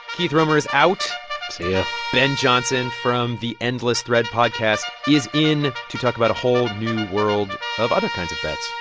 keith romer is out see you yeah ben johnson from the endless thread podcast is in to talk about a whole new world of other kinds of bets